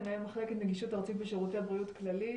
מנהל מחלקת נגישות ארצית בשירותי בריאות כללית.